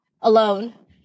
alone